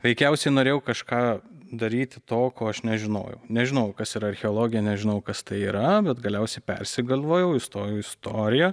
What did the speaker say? veikiausiai norėjau kažką daryti to ko aš nežinojau nežinojau kas yra archeologė nežinojau kas tai yra bet galiausiai persigalvojau įstojau į istoriją